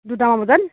দুটামান বজাত